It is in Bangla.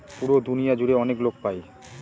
পুরো দুনিয়া জুড়ে অনেক লোক পাই